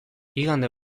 igande